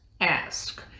ask